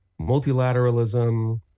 multilateralism